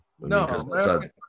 No